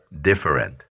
different